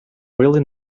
really